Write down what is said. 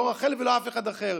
לא רחל ולא אף אחד אחר.